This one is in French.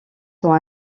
sont